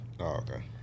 Okay